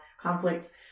conflicts